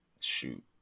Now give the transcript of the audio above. Shoot